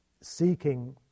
seeking